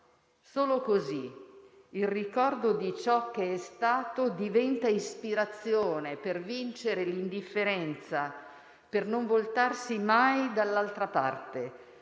Solo così il ricordo di ciò che è stato diventa ispirazione per vincere l'indifferenza, per non voltarsi mai dall'altra parte,